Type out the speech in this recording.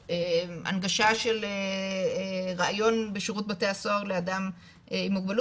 הנגשה של ראיון בשירות בתי הסוהר לאדם עם מוגבלות